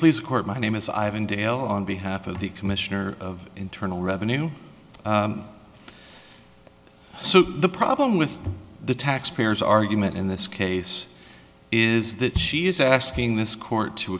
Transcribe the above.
please court my name is ivan dale on behalf of the commissioner of internal revenue so the problem with the tax payers argument in this case is that she is asking this court to